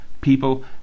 People